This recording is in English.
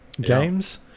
games